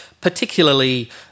particularly